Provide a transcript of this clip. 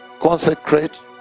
consecrate